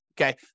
okay